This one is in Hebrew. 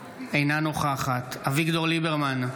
אינה נוכחת אביגדור ליברמן,